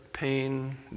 Pain